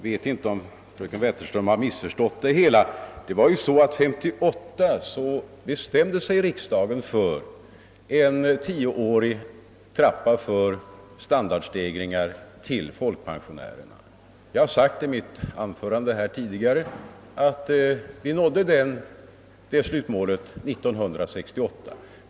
Herr talman! Det verkar som om fröken Wetterström missförstått mitt anförande. Riksdagen bestämde sig ju år 1958 för standardstegringar för folkpensionärerna under en tioårsperiod. Som jag också framhöll i mitt tidigare anförande nådde vi detta slutmål år 1968.